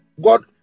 God